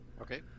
Okay